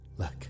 Look